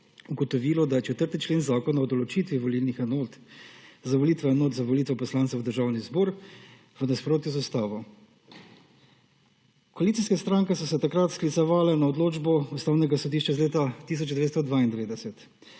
ugotovilo, da je 4. člen zakona o določitvi volilnih enot za volitve enot za volitve poslancev v Državni zbor v nasprotju z Ustavo. Koalicijske stranke so se takrat sklicevale na odločbo Ustavnega sodišča iz leta 1992,